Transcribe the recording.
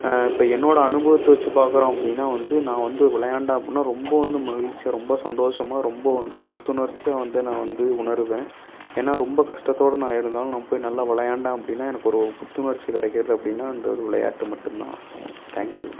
இப்போ என்னோடய அனுபவத்தை வச்சு பார்க்கறோம் அப்படின்னா வந்து நான் வந்து விளையாண்டன் அப்படினா ரொம்ப வந்து மகிழ்ச்சியாக ரொம்ப சந்தோசமா ரொம்ப வந்து புத்துணர்ச்சியாக வந்து நான் வந்து உணருவேன் ஏன்னா ரொம்ப கஸ்டத்தோடய நான் இருந்தாலும் நான் போய் நல்லா விளையாண்டா அப்படினா எனக்கு ஒரு புத்துணர்ச்சி கிடைக்கறது அப்படின்னா அந்த ஒரு விளையாட்டு மட்டும்தான் தேங்க்யூ